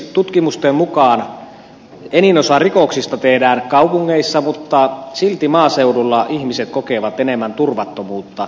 tutkimusten mukaan enin osa rikoksista tehdään kaupungeissa mutta silti maaseudulla ihmiset kokevat enemmän turvattomuutta